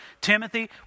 Timothy